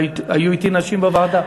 והיו אתי נשים בוועדה.